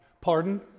pardon